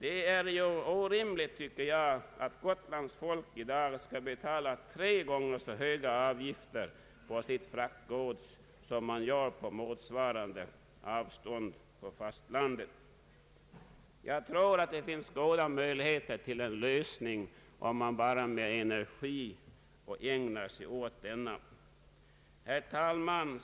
Det är orimligt, tycker jag, att Gotlands befolkning i dag skall betala tre gånger så höga avgifter för sitt fraktgods som man gör för motsvarande sträckor på fastlandet. Jag tror att det finns goda möjligheter att åstadkomma en lösning, om man bara med energi ägnar sig åt detta. Herr talman!